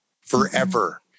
forever